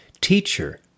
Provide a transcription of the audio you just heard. Teacher